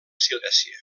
silèsia